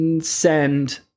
send